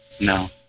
no